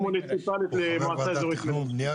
הוא חבר ועדת תכנון ובנייה